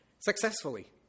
successfully